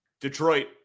Detroit